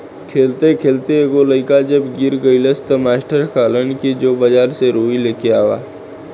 खेलते खेलते एगो लइका जब गिर गइलस त मास्टर कहलन कि जो बाजार से रुई लेके आवा